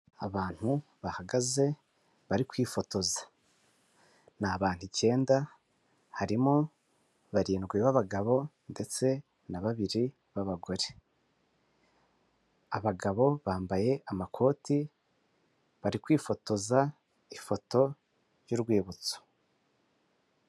Abantu bahagaze bari kwifotoza ni abantu icyenda harimo barindwi b'abagabo ndetse na babiri b'abagore abagabo bambaye amakoti bari kwifotoza ifoto y'urwibutso.